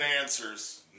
answers